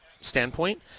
standpoint